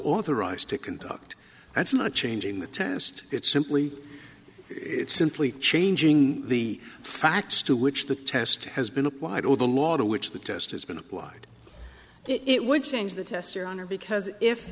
authorized to conduct that's not changing the test it's simply it's simply changing the facts to which the test has been applied or the law to which the test has been applied it would change the test your honor because if